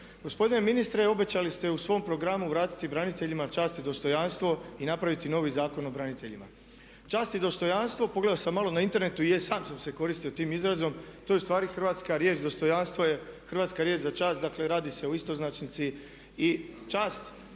Gospodine ministre obećali ste u svom programu vratiti braniteljima čast i dostojanstvo i napraviti novi Zakon o braniteljima. Čast i dostojanstvo, pogledao sam malo na internetu i sam sam se koristio tim izrazom to je ustvari hrvatska riječ dostojanstvo je riječ za čast, dakle radi se o istoznačnici. I čast,